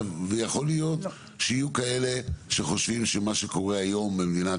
ויכול להיות שיהיו כאלה שחושבים שמה שקורה היום במדינת